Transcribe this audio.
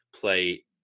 play